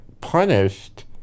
punished